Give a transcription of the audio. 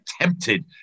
tempted